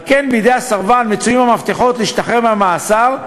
על כן בידי הסרבן מצויים המפתחות להשתחרר מהמאסר,